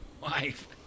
wife